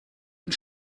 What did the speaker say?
und